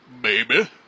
baby